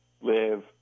Live